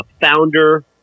founder